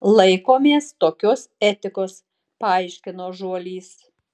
laikomės tokios etikos paaiškino žuolys